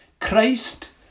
Christ